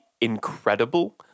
incredible